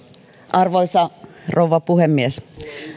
arvoisa rouva puhemies